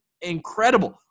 incredible